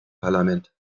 parlament